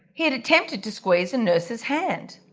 he'd attempted to squeeze the nurse's hand,